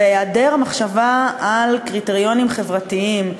והיעדר מחשבה על קריטריונים חברתיים,